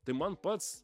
tai man pats